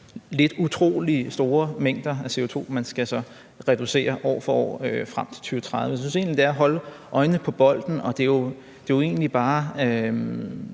nogle utrolig store mængder af CO2, man så skal reducere år for år frem til 2030. Jeg synes egentlig, at det er at holde øjnene på bolden, og spørgsmålet er